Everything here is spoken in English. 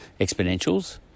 Exponentials